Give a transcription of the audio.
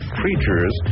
creatures